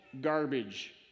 garbage